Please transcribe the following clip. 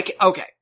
okay